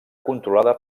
controlada